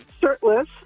shirtless